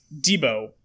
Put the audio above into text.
Debo